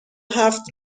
هفت